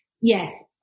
yes